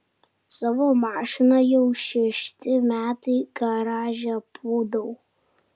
savo mašiną jau šešti metai garaže pūdau